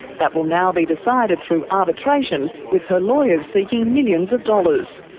that will now be decided through arbitration, with her lawyers seeking millions of dollars.